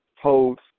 holds